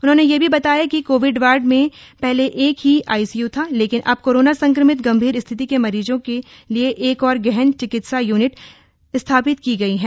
उन्होंने यह भी बताया कि कोविड वार्ड में पहले एक ही आईसीयू था लेकिन अब कोरोना संक्रमित गंभीर स्थिति के मरीजों के लिए एक और गहन चिकित्सा यूनिट स्थापित की गयी हैं